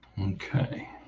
Okay